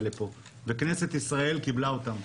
וכנסת ישראל קיבלה אותם,